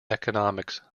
economics